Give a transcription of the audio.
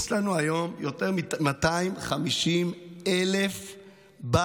יש לנו היום יותר מ-250,000 בקשות.